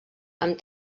amb